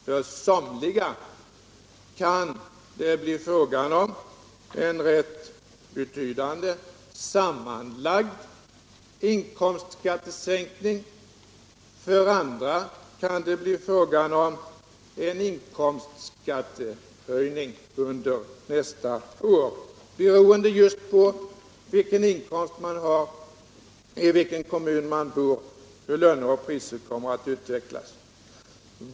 För somliga kan det bli fråga om en rätt betydande sammanlagd inkomstskattesänkning, för andra, men få, kan det bli fråga om en inkomstskattehöjning under nästa år, beroende som sagt på vilken inkomst man har, i vilken kommun man bor och hur löner och priser kommer att utvecklas.